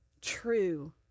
true